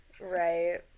Right